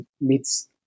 meets